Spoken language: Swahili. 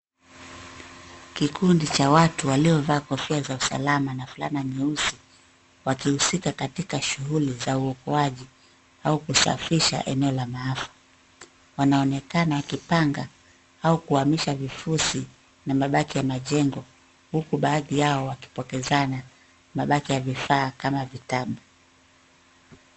Kikundi cha watu waliovaa kofia za usalama na fulana nyeusi wakihusika katika shughuli za uokoaji au kusafisha eneo la maafa. Wanaonekana wakipanga au kuhamisha vifusi na mabaki ya majengo huku baadhi yao wakipokezana mabaki ya vifaa kama vitabu.